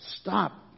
Stop